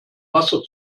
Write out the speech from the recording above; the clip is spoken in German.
wasser